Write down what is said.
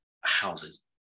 houses